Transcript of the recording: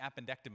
appendectomy